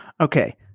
Okay